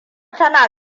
tana